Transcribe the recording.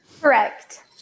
Correct